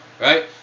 Right